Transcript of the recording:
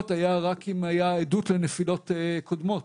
היה רק אם הייתה עדות לנפילות קודמות,